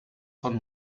von